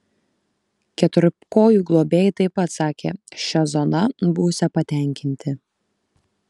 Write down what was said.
keturkojų globėjai taip pat sakė šia zona būsią patenkinti